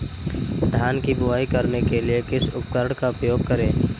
धान की बुवाई करने के लिए किस उपकरण का उपयोग करें?